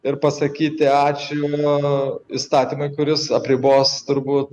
ir pasakyti ačiū įstatymui kuris apribos turbūt